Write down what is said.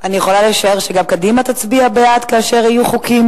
אני יכולה לשער שגם קדימה תצביע בעד כאשר יהיו חוקים